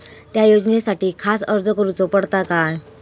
त्या योजनासाठी खास अर्ज करूचो पडता काय?